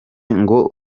ngo